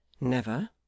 Never